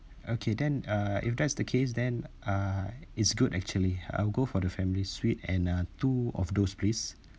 okay then uh if that's the case then uh it's good actually I will go for the family suite and uh two of those please